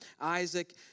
Isaac